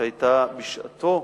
שהיתה בשעתה,